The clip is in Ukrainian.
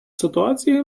ситуації